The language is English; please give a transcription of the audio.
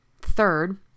Third